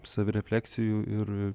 savirefleksijų ir